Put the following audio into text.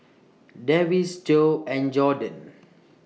Davis Jo and Jordon